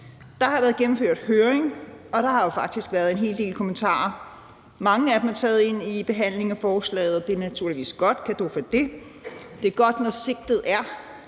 Der har været gennemført høring, og der er faktisk kommet en hel del kommentarer. Mange af dem er blevet taget ind i behandlingen af forslaget, og det er naturligvis godt – cadeau for det. Det er godt, når sigtet er,